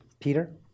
Peter